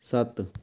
ਸੱਤ